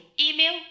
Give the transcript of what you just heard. Email